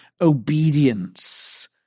obedience